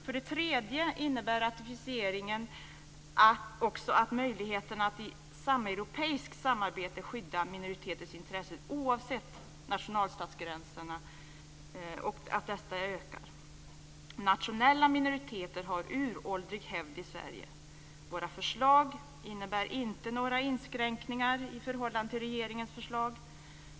För det tredje innebär ratificeringen också att möjligheterna till sameuropeiskt samarbete för att skydda minoriteters intressen oavsett nationalstatsgränserna ökar. Nationella minoriteter har uråldrig hävd i Sverige. Våra förslag innebär inte några inskränkningar i förhållande till regeringens.